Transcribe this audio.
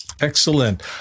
Excellent